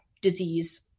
disease